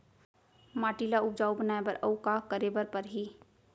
माटी ल उपजाऊ बनाए बर अऊ का करे बर परही?